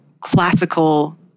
classical